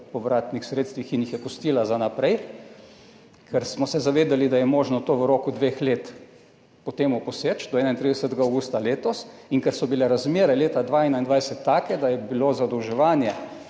povratnih sredstvih in jih je pustila za naprej, ker smo se zavedali, da je možno poseči po tem v roku dveh let, do 31. avgusta letos, in ker so bile razmere leta 2021 take, da je bilo zadolževanje